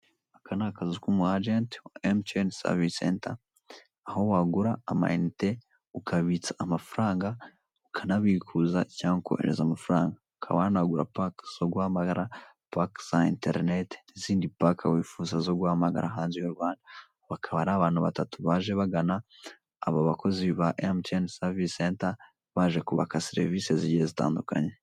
Aka ni akazu k'umu ajenti wa MTN savisi senta, aho: wagura amayinite, ukabitsa amafaranga ukanabikuza cyangwa ukohereza amafaranga, ukaba wanagura pake zo guhamagara, pake za interinete n'izindi pake wifuza zo guhamagara hanze y'u Rwanda; bakaba ari abantu batatu baje bagana aba bakozi ba MTN savisi senta, baje kubaka serivise zigiye zitandukanye.